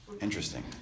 Interesting